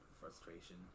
frustration